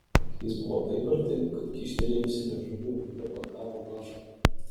jis buvo taip arti kad kyštelėjusi liežuvį emilė pagavo lašą